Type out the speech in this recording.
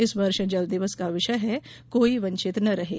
इस वर्ष जल दिवस का विषय है कोई वंचित न रहें